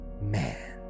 man